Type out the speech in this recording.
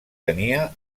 tenia